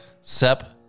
Sep